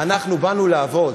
"אנחנו באנו לעבוד".